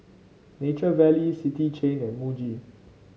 Nature Valley City Chain and Muji